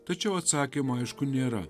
tačiau atsakymo aišku nėra